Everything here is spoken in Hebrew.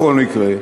בכל מקרה,